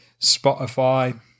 Spotify